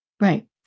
Right